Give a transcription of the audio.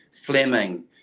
Fleming